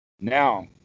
Now